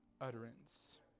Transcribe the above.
utterance